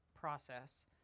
process